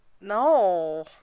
No